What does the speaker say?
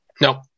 No